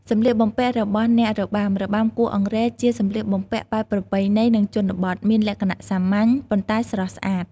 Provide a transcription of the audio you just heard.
សម្លៀកបំពាក់របស់អ្នករបាំ របាំគោះអង្រែជាសម្លៀកបំពាក់បែបប្រពៃណី និង ជនបទ មានលក្ខណៈសាមញ្ញ ប៉ុន្តែស្រស់ស្អាត។